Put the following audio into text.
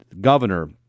Governor